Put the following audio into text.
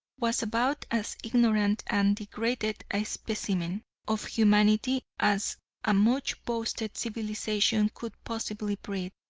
was about as ignorant and degraded a specimen of humanity as a much boasted civilization could possibly breed.